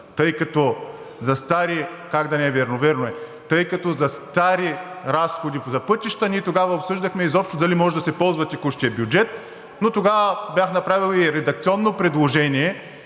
Вярно е. …разходи за пътища ние тогава обсъждахме изобщо дали може да се ползва текущият бюджет. Но тогава бях направил и редакционно предложение